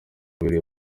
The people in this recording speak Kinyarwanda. biriwe